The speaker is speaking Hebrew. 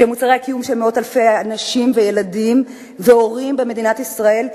שהם מוצרי הקיום של מאות אלפי אנשים וילדים והורים במדינת ישראל,